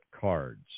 cards